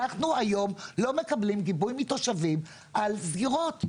אנחנו היום לא מקבלים גיבוי מתושבים על סגירות.